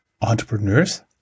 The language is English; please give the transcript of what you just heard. entrepreneurs